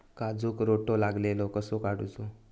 काजूक रोटो लागलेलो कसो काडूचो?